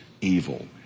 evil